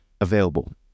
available